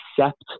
accept